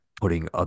putting